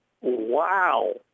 Wow